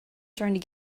starting